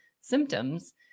symptoms